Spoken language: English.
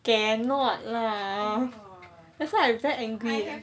cannot lah that's why I very angry